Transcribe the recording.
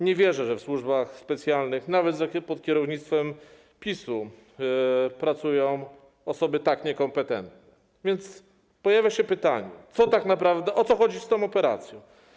Nie wierzę, że w służbach specjalnych, nawet pod kierownictwem PiS-u, pracują osoby tak niekompetentne, więc pojawia się pytanie: O co tak naprawdę chodzi z tą operacją?